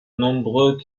nombreux